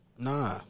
Nah